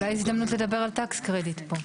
אולי הזדמנות לדבר על זיכוי מס פה.